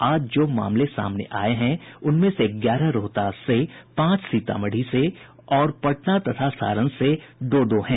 आज जो मामले सामने आये हैं उनमें से ग्यारह रोहतास से पांच सीतामढ़ी से तथा पटना और सारण से दो दो हैं